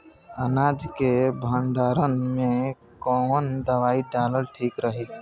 अनाज के भंडारन मैं कवन दवाई डालल ठीक रही?